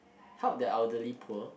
help the elderly poor